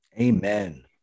Amen